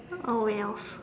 oh wells